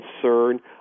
concern